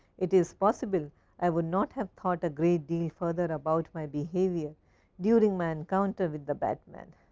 it is possible i would not have thought a great deal further about my behavior during my encounter with the batman.